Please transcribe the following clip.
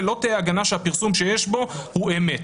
לא תהיה הגנה שהפרסום שיש בו הוא אמת".